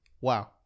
Wow